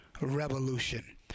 revolution